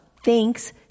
thanks